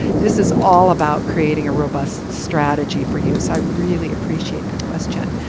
this is all about creating a robust strategy for you. so i really appreciate the question.